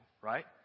right